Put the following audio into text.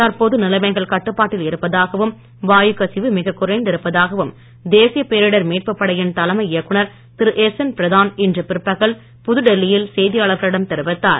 தற்போது நிலைமைகள் கட்டுப்பாட்டில் இருப்பதாகவும் வாயுக் கசிவு மிக குறைந்து இருப்பதாகவும் தேசிய பேரிடர் மீட்பு படையின் தலைமை இயக்குனர் திரு எஸ் என் பிரதான் இன்று பிற்பகல் புதுடெல்லியில் செய்தியாளர்களிடம் தெரிவித்தார்